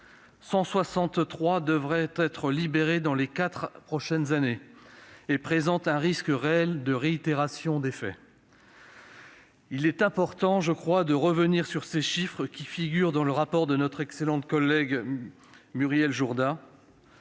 163 devraient être libérées dans les quatre prochaines années et présentent un risque réel de réitération des faits. Je crois important de revenir sur ces chiffres, qui figurent dans le rapport de Muriel Jourda.